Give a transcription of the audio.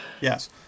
Yes